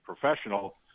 professional